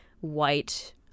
white